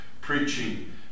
preaching